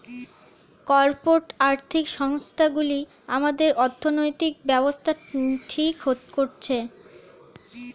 corporate আর্থিক সংস্থান গুলি আমাদের অর্থনৈতিক ব্যাবস্থা ঠিক করছে